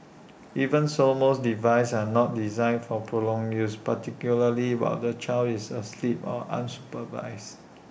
even so most devices are not designed for prolonged use particularly while the child is asleep or unsupervised